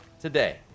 today